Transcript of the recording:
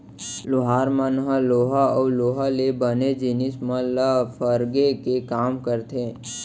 लोहार मन ह लोहा अउ लोहा ले बने जिनिस मन ल फरगे के काम करथे